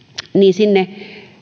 sinne